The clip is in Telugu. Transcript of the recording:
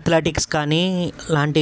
అథ్లెటిక్స్ కానీ లాంటి